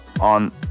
on